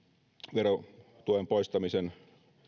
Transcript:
verotuen poistamisen